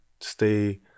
stay